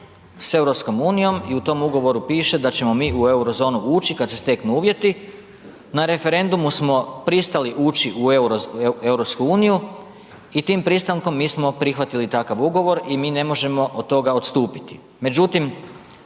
s EU i u tom ugovoru piše da ćemo mi u euro zonu ući kad se steknu uvjeti, na referendumu smo pristali ući u EU i tim pristankom mi smo prihvatili takav ugovor i mi ne možemo od toga odstupiti.